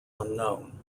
unknown